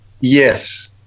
yes